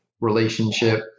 relationship